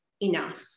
enough